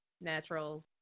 natural